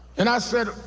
and i said,